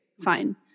fine